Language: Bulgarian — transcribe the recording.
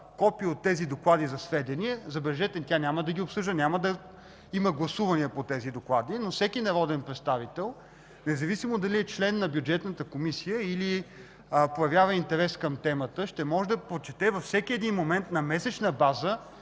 копие от тези доклади за сведение. Забележете, тя няма да ги обсъжда, няма да има гласувания по тези доклади, но всеки народен представител, независимо дали е член на Бюджетната комисия, или проявява интерес към темата, ще може да прочете във всеки един момент на месечна база